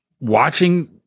Watching